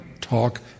talk